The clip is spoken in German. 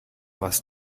was